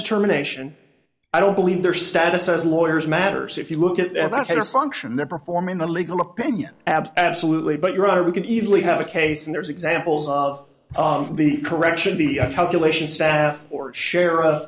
determination i don't believe their status as lawyers matters if you look at that header function they're performing the legal opinion absolutely but your honor we can easily have a case and there's examples of the correction the calculation staff or share